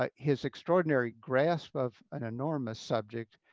ah his extraordinary grasp of an enormous subject,